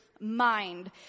Mind